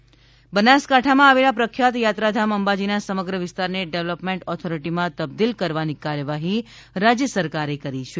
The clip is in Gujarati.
અંબાજી બનાસકાંઠામાં આવેલા પ્રખ્યાત યાત્રાધામ અંબાજીના સમગ્ર વિસ્તારને ડેવલપમેન્ટ ઓથોરિટીમાં તબદીલ કરવાની કાર્યવાહી રાજ્ય સરકારે કરી છે